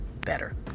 better